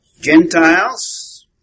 Gentiles